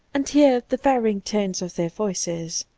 and hear the varying tones of their voices.